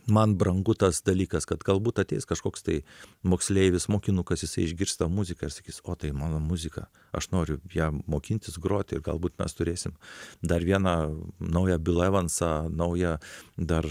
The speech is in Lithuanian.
man brangu tas dalykas kad galbūt ateis kažkoks tai moksleivis mokinukas jisai išgirsta muziką ir sakys o tai mano muzika aš noriu ją mokintis groti ir galbūt mes turėsim dar vieną naują bilą evansą naują dar